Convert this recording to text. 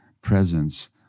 presence